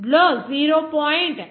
లో 0